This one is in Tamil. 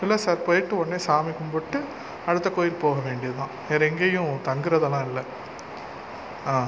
இல்லை சார் போய்ட்டு உடனே சாமி கும்பிட்டு அடுத்த கோயில் போக வேண்டியதுதான் வேற எங்கேயும் தங்குறதெல்லாம் இல்லை ஆ